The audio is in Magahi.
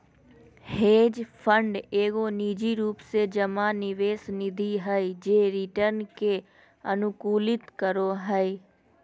हेज फंड एगो निजी रूप से जमा निवेश निधि हय जे रिटर्न के अनुकूलित करो हय